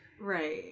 Right